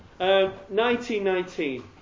1919